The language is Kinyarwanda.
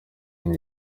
aho